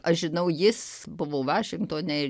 aš žinau jis buvo vašingtone ir